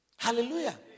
Hallelujah